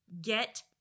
get